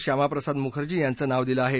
श्यामाप्रसाद मुखर्जी यांचं नाव दिलं आहे